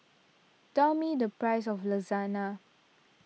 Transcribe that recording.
tell me the price of Lasagne